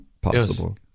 possible